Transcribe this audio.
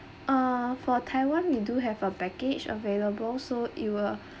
uh for taiwan we do have a package available so it will